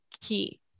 key